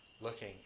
looking